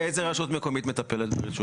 ואיזה רשות מקומית מטפלת ברישוי עסק?